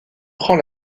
prend